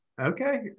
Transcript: okay